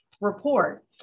report